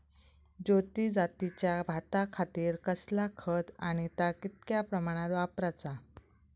ज्योती जातीच्या भाताखातीर कसला खत आणि ता कितक्या प्रमाणात वापराचा?